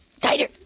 Tighter